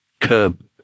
curb